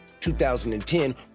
2010